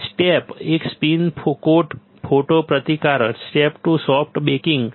step એક spin coat photo પ્રતિકાર step 2 soft backing છે